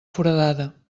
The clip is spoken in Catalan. foradada